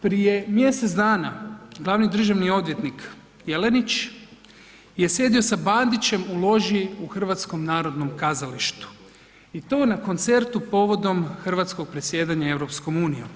Prije mjesec dana glavni državni odvjetnik Jelenić je sjedio sa Bandićem u loži u HNK-u i to na koncertu povodom Hrvatskog predsjedanja EU.